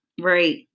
Right